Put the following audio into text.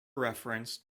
reference